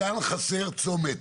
כאן חסר צומת,